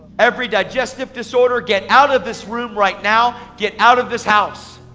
every digestive disorder, get out of this room right now, get out of this house.